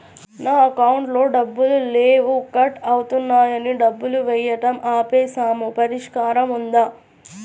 నా అకౌంట్లో డబ్బులు లేవు కట్ అవుతున్నాయని డబ్బులు వేయటం ఆపేసాము పరిష్కారం ఉందా?